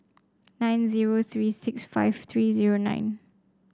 nine zero three six five three zero nine